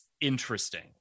interesting